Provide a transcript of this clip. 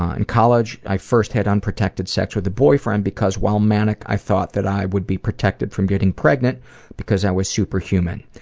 ah in college, i first had unprotected sex with a boyfriend because while manic, i thought that i would be protected from getting pregnant because i was super human.